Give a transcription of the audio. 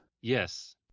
yes